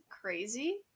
crazy